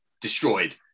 destroyed